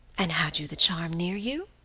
and had you the charm near you?